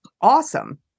awesome